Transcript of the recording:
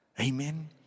Amen